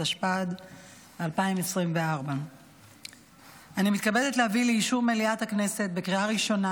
התשפ"ד 2024. אני מתכבדת להביא לאישור מליאת הכנסת בקריאה ראשונה